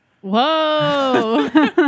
Whoa